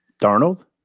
darnold